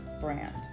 brand